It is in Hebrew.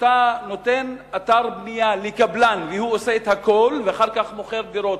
כשאתה נותן אתר בנייה לקבלן והוא עושה את הכול ואחר כך מוכר דירות,